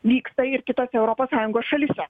vyksta ir kitose europos sąjungos šalyse